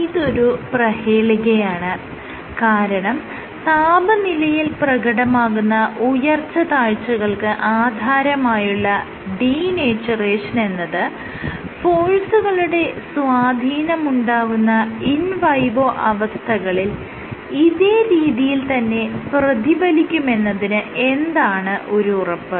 ഇതൊരു പ്രഹേളികയാണ് കാരണം താപനിലയിൽ പ്രകടമാകുന്ന ഉയർച്ച താഴ്ച്ചകൾക്ക് ആധാരമായുള്ള ഡീനേച്ചറഷൻ എന്നത് ഫോഴ്സുകളുടെ സ്വാധീനമുണ്ടാകുന്ന ഇൻ വൈവോ അവസ്ഥകളിൽ ഇതേ രീതിയിൽ തന്നെ പ്രതിഫലിക്കുമെന്നതിന് എന്താണ് ഒരു ഉറപ്പ്